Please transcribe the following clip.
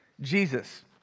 Jesus